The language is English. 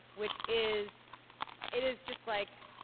which is it is just, like,